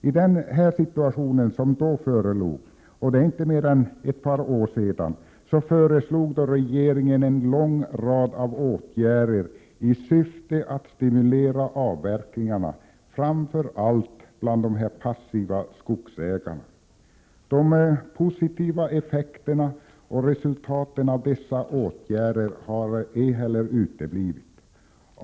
I den situation som då förelåg — och det är inte mer än ett par år sedan — föreslog regeringen en lång rad åtgärder i syfte att stimulera avverkningarna, framför allt bland de passiva skogsägarna. De positiva effekterna och resultaten av dessa åtgärder har ej heller uteblivit.